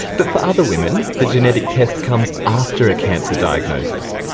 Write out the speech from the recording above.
but for other women, the genetic test comes after a cancer diagnosis.